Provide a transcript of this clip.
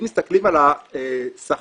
אם מסתכלים על השכר,